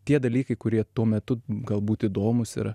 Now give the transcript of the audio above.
tie dalykai kurie tuo metu galbūt įdomūs yra